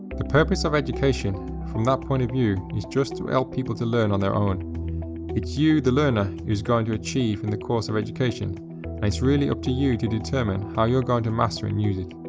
the purpose of education from that point of view is just to help people to learn on their own. it's you the learner who is going to achieve in the course of education and it's really up to you to determine how you're going to master and use it.